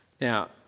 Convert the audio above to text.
Now